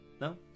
no